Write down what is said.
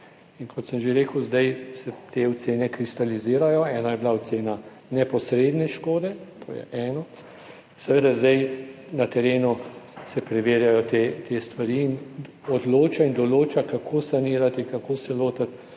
in kot sem že rekel, zdaj se te ocene kristalizirajo. Eno je bila ocena neposredne škode, to je eno. Seveda zdaj na terenu se preverjajo te stvari in odloča in določa kako sanirati in kako se lotiti